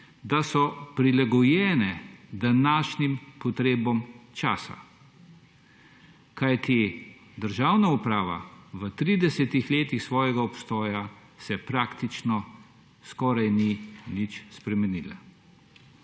da so prilagojene današnjim potrebam časa? Državna uprava se v 30 letih svojega obstoja praktično skoraj ni nič spremenila.